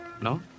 No